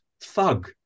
thug